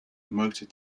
motor